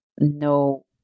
no